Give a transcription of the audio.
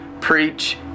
preach